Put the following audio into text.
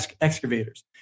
excavators